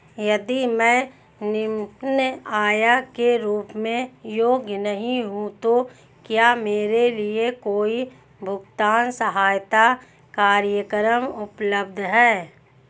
यदि मैं निम्न आय के रूप में योग्य नहीं हूँ तो क्या मेरे लिए कोई भुगतान सहायता कार्यक्रम उपलब्ध है?